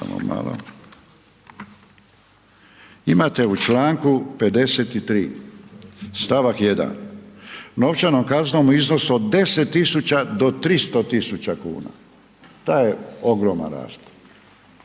imate u čl. 53. stavak 1 novčanom kaznom u iznosu od 10000-300000 kuna, to je ogromna razlika.